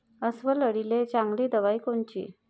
अस्वल अळीले चांगली दवाई कोनची?